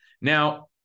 Now